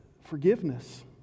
forgiveness